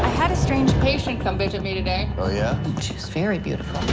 had a strange pacient come visit me today. oh yeah? wich was very beautiful